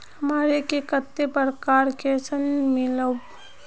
हमनी के कते प्रकार के ऋण मीलोब?